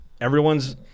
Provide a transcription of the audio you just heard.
Everyone's